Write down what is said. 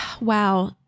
wow